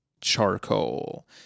charcoal